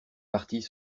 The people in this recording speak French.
partis